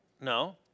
No